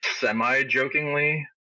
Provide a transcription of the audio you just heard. semi-jokingly